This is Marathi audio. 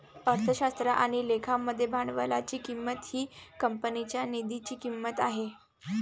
अर्थशास्त्र आणि लेखा मध्ये भांडवलाची किंमत ही कंपनीच्या निधीची किंमत आहे